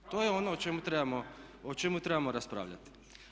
To je ono o čemu trebamo raspravljati.